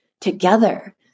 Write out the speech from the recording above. together